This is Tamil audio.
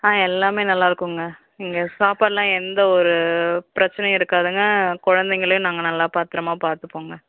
ஆ எல்லாமே நல்லாயிருக்குங்க இங்கே சாப்பாட்டுலாம் எந்த ஒரு பிரச்சினையும் இருக்காதுங்க குழந்தைங்களையும் நாங்கள் நல்லா பத்தரமாக பார்த்துப்போங்க